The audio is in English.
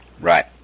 Right